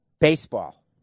baseball